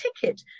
ticket